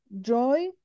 joy